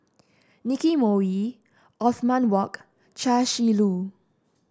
Nicky Moey Othman Wok Chia Shi Lu